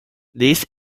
these